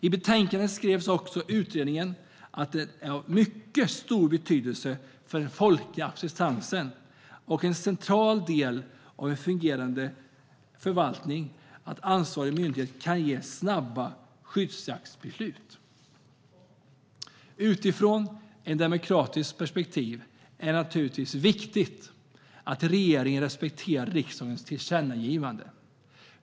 I betänkandet skrev också utredningen att det är av mycket stor betydelse för den folkliga acceptansen och en central del av en fungerande förvaltning att ansvariga myndigheter kan fatta snabba skyddsjaktsbeslut. Utifrån ett demokratiskt perspektiv är det naturligtvis viktigt att regeringen respekterar riksdagens tillkännagivanden.